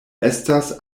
estas